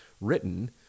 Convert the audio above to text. written